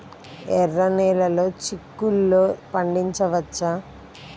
ఎర్ర నెలలో చిక్కుల్లో పండించవచ్చా?